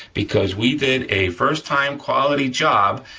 because we did a first time quality job,